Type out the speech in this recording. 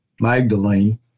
Magdalene